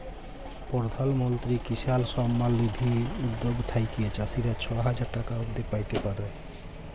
পরধাল মলত্রি কিসাল সম্মাল লিধি উদ্যগ থ্যাইকে চাষীরা ছ হাজার টাকা অব্দি প্যাইতে পারে